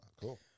cool